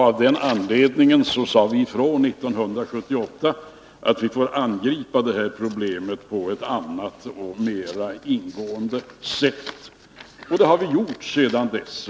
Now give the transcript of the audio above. Av den anledningen sade vi ifrån 1978 att vi får angripa det här problemet på ett annat och mer ingående sätt. Det har vi gjort sedan dess.